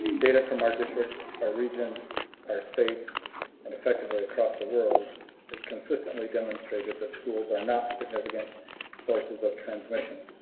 data from our districts are region are states and effectively across the world has consistently demonstrated that schools are not significant sources of transmission.